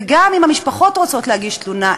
וגם אם המשפחות רוצות להגיש תלונה,